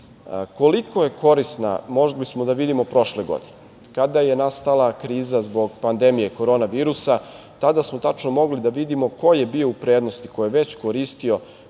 Koliko je korisna, mogli smo da vidimo prošle godine, kada je nastala kriza zbog pandemije korona virusa. Tada smo tačno mogli da vidimo ko je bio u prednosti, ko je već koristio